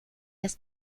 ist